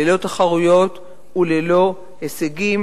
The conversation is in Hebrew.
ללא תחרויות וללא הישגים,